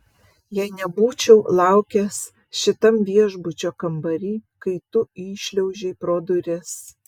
jei nebūčiau laukęs šitam viešbučio kambary kai tu įšliaužei pro duris